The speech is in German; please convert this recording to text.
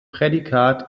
prädikat